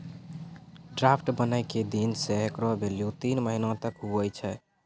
draft बनै के दिन से हेकरो भेल्यू तीन महीना तक हुवै छै